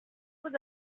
was